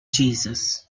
jesus